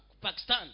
Pakistan